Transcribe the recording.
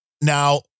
Now